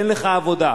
אין לך עבודה.